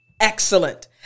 excellent